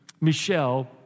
Michelle